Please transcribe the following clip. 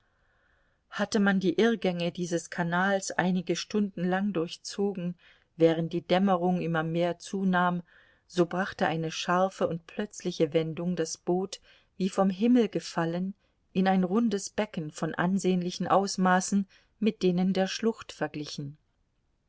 hatte man die irrgänge dieses kanals einige stunden lang durchzogen während die dämmerung immer mehr zunahm so brachte eine scharfe und plötzliche wendung das boot wie vom himmel gefallen in ein rundes becken von ansehnlichen ausmaßen mit denen der schlucht verglichen